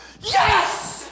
yes